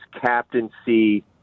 captaincy